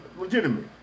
legitimate